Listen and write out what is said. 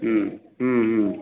हुँ हुँ हुँ